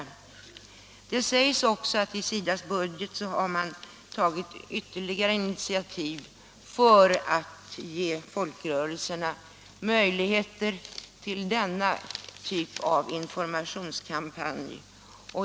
Det sägs också att i SIDA:s budget har man tagit ytterligare initiativ för att ge folkrörelserna möjligheter till denna typ av informationskampanj.